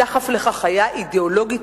הדחף לכך היה אידיאולוגי-תרבותי.